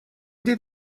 did